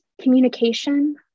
communication